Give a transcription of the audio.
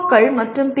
க்கள் மற்றும் பி